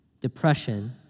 depression